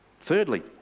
thirdly